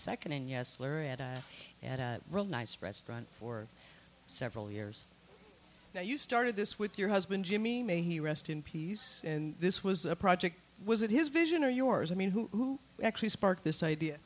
second in yesler at a really nice restaurant for several years now you started this with your husband jimmy may he rest in peace and this was a project was it his vision or yours i mean who actually sparked this idea